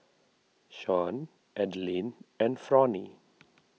Shawn Adeline and Fronnie